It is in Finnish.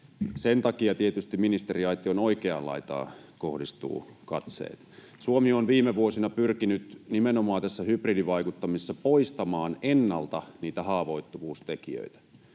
Sen takia tietysti ministeriaition oikeaan laitaan kohdistuvat katseet. Suomi on viime vuosina pyrkinyt nimenomaan tässä hybridivaikuttamisessa poistamaan ennalta niitä haavoittuvuustekijöitä